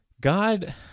God